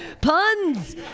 puns